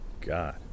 God